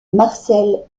marcel